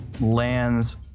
lands